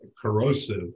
corrosive